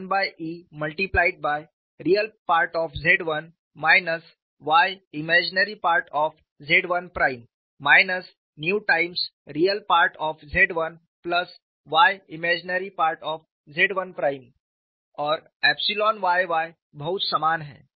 तो xx1EReZ1 yImZ1 ReZ1yImZ1 और epsilon y y बहुत समान है